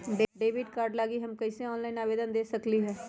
Debit card लागी हम कईसे ऑनलाइन आवेदन दे सकलि ह?